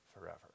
forever